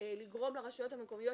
לגרום לרשויות המקומיות